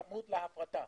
צמוד להפרטה.